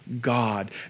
God